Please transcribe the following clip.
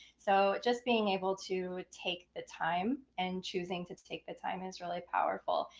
so just being able to take the time and choosing to to take the time is really powerful.